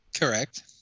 Correct